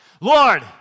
Lord